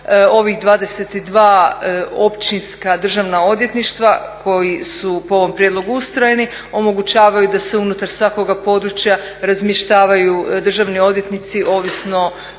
Ovih 22 Općinska državna odvjetništva koji su po ovom prijedlogu ustrojeni omogućavaju da se unutar svakoga područja razmještavaju državni odvjetnici ovisno